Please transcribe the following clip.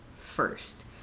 first